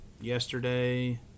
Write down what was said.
yesterday